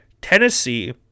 Tennessee